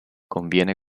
conviene